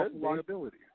liability